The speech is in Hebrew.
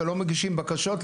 ולא מגישים בקשות,